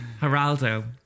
Geraldo